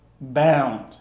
bound